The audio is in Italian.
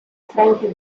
frank